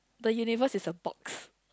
the universe is a box